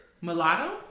Mulatto